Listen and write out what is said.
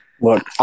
Look